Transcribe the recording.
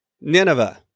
Nineveh